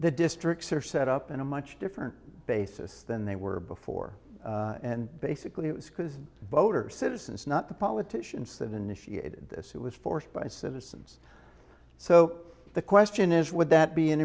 the districts are set up in a much different basis than they were before and basically it was because voters citizens not the politicians that initiated this it was forced by citizens so the question is would that be an